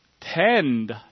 tend